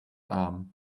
arm